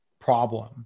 problem